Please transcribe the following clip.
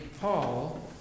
Paul